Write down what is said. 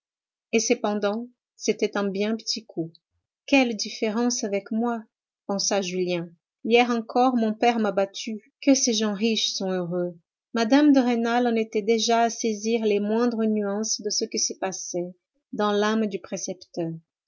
et cependant c'était un bien petit coup quelle différence avec moi pensa julien hier encore mon père m'a battu que ces gens riches sont heureux mme de rênal en était déjà à saisir les moindres nuances de ce qui se passait dans l'âme du précepteur